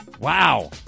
Wow